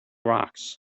rocks